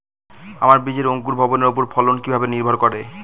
বীজের অঙ্কুর ভবনের ওপর ফলন কিভাবে নির্ভর করে?